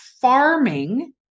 farming